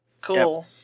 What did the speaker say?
Cool